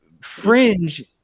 fringe